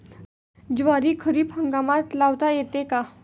ज्वारी खरीप हंगामात लावता येते का?